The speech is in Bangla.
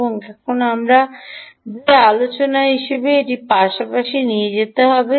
এবং আমরা যে আলোচনা হিসাবে এটি পাশাপাশি যেতে হবে